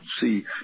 see